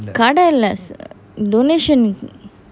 கடை இல்ல:kadai illa donation